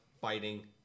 fighting